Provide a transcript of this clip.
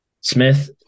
Smith